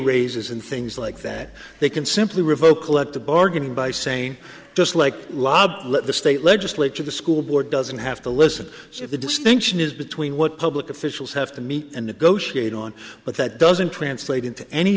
raises and things like that they can simply revoke collective bargaining by saying just like lob let the state legislature the school board doesn't have to listen if the distinction is between what public officials have to meet and negotiate on but that doesn't translate